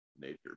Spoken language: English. nature